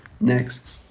next